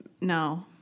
No